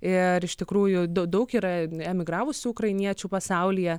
ir iš tikrųjų daug yra emigravusių ukrainiečių pasaulyje